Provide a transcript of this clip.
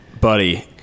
buddy